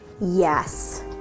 Yes